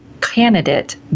candidate